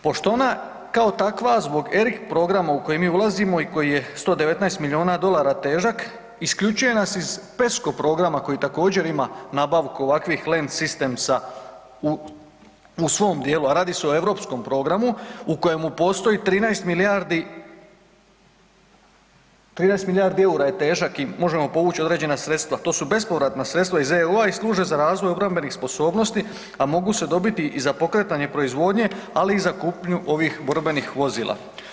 Pošto ona kao takva zbog ERIC programa u koji mi ulazimo i koji je 119 miliona dolara težak isključuje nas iz PESCO programa koji također ima nabavku ovakvih LEM systems-a u svom dijelu, a radi se o europskom programu u kojemu postoji 13 milijardi EUR-a, 13 milijardi EUR-a je težak možemo povući određena sredstva, to su bespovratna sredstava iz EU i služe za razvoj obrambenih sposobnosti, a mogu se dobiti i za pokretanje proizvodnje ali i za kupnju ovih borbenih vozila.